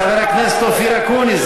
חבר הכנסת אקוניס,